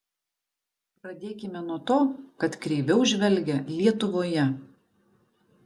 pradėkime nuo to kad kreiviau žvelgia lietuvoje